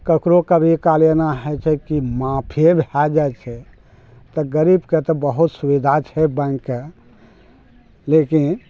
ककरो कभी काल एना होइ छै की माफे भए जाइ छै तऽ गरीबके तऽ बहुत सुविधा छै बैंक शके लेकिन